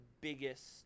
biggest